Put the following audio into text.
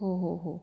हो हो हो